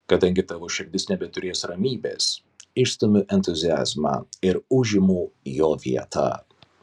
kadangi tavo širdis nebeturės ramybės išstumiu entuziazmą ir užimu jo vietą